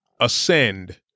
ascend